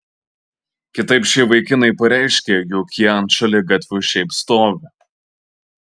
kitaip šie vaikinai pareiškia jog jie ant šaligatvio šiaip stovi